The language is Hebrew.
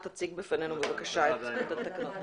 תציג בפנינו בבקשה את התקנות.